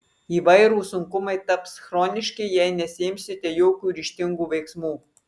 įvairūs sunkumai taps chroniški jei nesiimsite jokių ryžtingų veiksmų